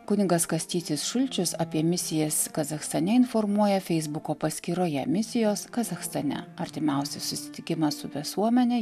kunigas kastytis šulčius apie misijas kazachstane informuoja feisbuko paskyroje misijos kazachstane artimiausią susitikimą su visuomene